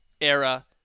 era